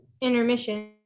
intermission